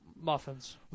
muffins